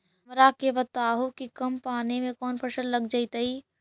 हमरा के बताहु कि कम पानी में कौन फसल लग जैतइ?